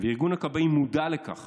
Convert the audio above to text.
וארגון הכבאים מודע לכך